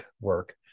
work